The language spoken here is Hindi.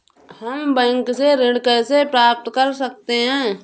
हम बैंक से ऋण कैसे प्राप्त कर सकते हैं?